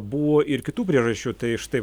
buvo ir kitų priežasčių tai štai